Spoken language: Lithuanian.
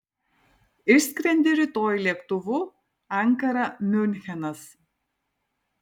išskrendi rytoj lėktuvu ankara miunchenas